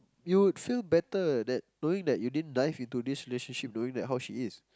you would feel better that knowing that you didn't dive into this relationship knowing that how she is